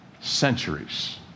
centuries